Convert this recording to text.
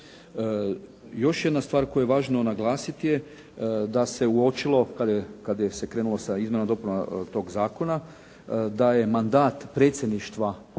Još jedna stvar koju je važno naglasiti je da se uočilo kada se krenulo sa izmjenama i dopunama tog zakona, da je mandat predsjedništva